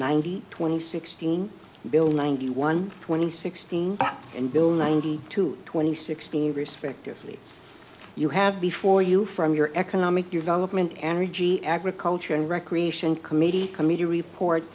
ninety twenty sixteen bill ninety one twenty sixteen and bill ninety two twenty sixteen respectively you have before you from your economic development and e g agriculture and recreation committee committee report